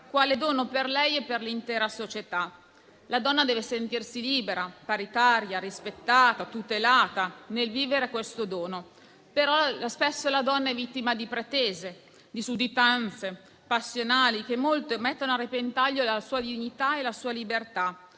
quale dono per lei e per l'intera società. La donna deve sentirsi libera, paritaria, rispettata e tutelata nel vivere questo dono, però spesso la donna è vittima di pretese, di sudditanze passionali che mettono a repentaglio la sua dignità e la sua libertà.